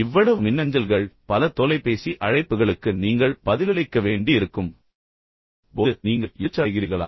இவ்வளவு மின்னஞ்சல்கள் பல தொலைபேசி அழைப்புகளுக்கு நீங்கள் பதிலளிக்க வேண்டியிருக்கும் போது நீங்கள் எரிச்சலடைகிறீர்களா